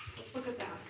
let's look at that.